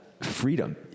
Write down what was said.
freedom